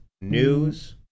news